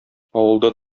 авылда